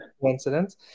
coincidence